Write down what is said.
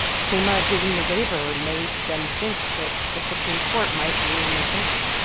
shaima getting the waiver made them think that the supreme court might rule in their favor